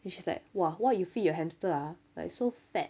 then she's like !wah! what you feed your hamster ah like so fat